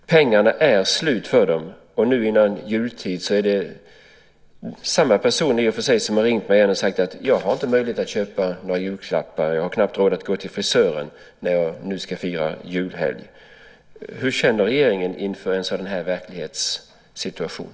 Pengarna är slut för dem. Och det är i och för sig samma person som har ringt till mig igen och sagt: Jag har inte möjlighet att köpa några julklappar. Jag har knappt råd att gå till frisören nu när jag ska fira julhelg. Hur känner regeringen inför en sådan verklighetssituation?